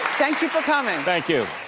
thank you for coming. thank you.